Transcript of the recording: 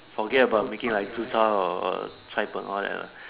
forget about making like Zi Char or Cai-Png all that lah